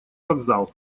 вокзал